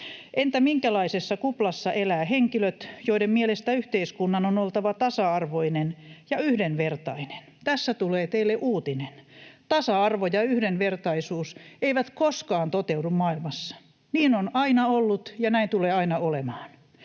Entä minkälaisessa kuplassa elävät henkilöt, joiden mielestä yhteiskunnan on oltava tasa-arvoinen ja yhdenvertainen? Tässä tulee teille uutinen: Tasa-arvo ja yhdenvertaisuus eivät koskaan toteudu maailmassa. Niin on aina ollut, ja näin tulee aina olemaan.